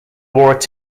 wore